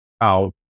out